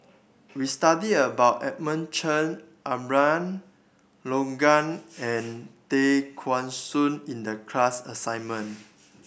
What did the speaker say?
we studied about Edmund Cheng Abraham Logan and Tay Kheng Soon in the class assignment